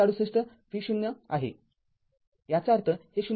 ३६८ v0 आहेयाचा अर्थ हे 0